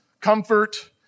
comfort